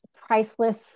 priceless